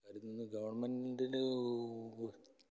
അതിൽ നിന്ന് ഗവൺമെൻറിന്